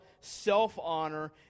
self-honor